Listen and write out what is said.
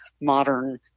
modern